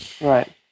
Right